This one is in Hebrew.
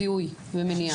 זיהוי ומניעה?